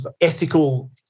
ethical